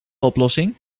oplossing